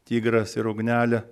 tigras ir ugnelė